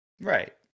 Right